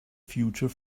future